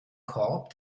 korb